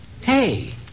Hey